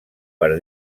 per